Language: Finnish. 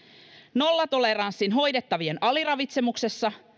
nollatoleranssin hoidettavien aliravitsemuksessa